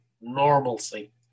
normalcy